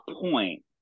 point